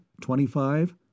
Twenty-five